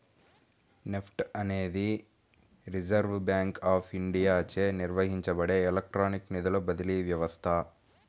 NEFT అనేది reserve bank of ఇండియాచే నిర్వహించబడే ఎలక్ట్రానిక్ నిధుల బదిలీ వ్యవస్థ